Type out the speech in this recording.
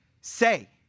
say